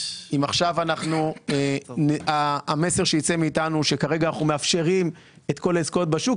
שאם עכשיו המסר שיצא מאיתנו שכרגע אנחנו מאפשרים את כל העסקאות בשוק,